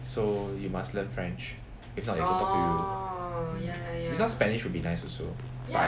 so you must learn french if not they don't talk to you if not spanish would be nice also but